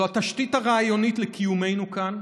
זו התשתית הרעיונית לקיומנו כאן